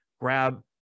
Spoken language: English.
grab